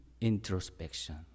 introspection